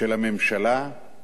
של הממשלה,